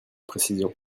précision